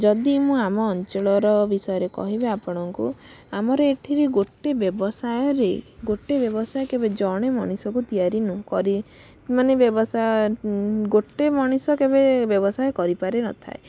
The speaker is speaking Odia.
ଯଦି ମୁଁ ଆମ ଅଞ୍ଚଳର ବିଷୟରେ କହିବି ଆପଣଙ୍କୁ ଆମର ଏଇଠି ଗୋଟେ ବ୍ୟବସାୟରେ ଗୋଟେ ବ୍ୟବସାୟ କେବେ ଜଣେ ମଣିଷକୁ ତିଆରି କରେ ମାନେ ବ୍ୟବସାୟ ଗୋଟେ ମଣିଷ କେବେ ବ୍ୟବସାୟ କରିପାରିନଥାଏ